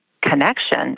connection